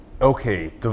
Okay